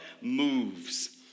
moves